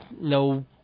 no